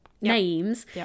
names